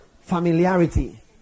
familiarity